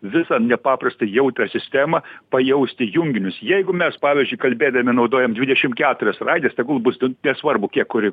visą nepaprastai jautrią sistemą pajausti junginius jeigu mes pavyzdžiui kalbėdami naudojam dvidešim keturias raides tegul bus du nesvarbu kiek kuri